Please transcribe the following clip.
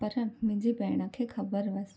पर मुंहिंजी भेण खे ख़बर हुयसि